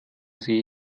sie